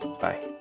bye